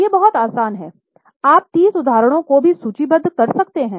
ये बहुत आसान हैं आप 30 उदाहरणों को भी सूचीबद्ध कर सकते हैं